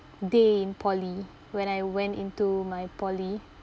day in poly when I went into my poly